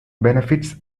benefits